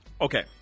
Okay